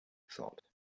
thought